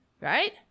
Right